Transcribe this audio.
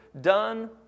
done